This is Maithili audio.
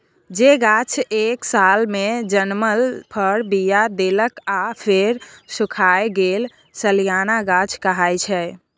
जे गाछ एक सालमे जनमल फर, बीया देलक आ फेर सुखाए गेल सलियाना गाछ कहाइ छै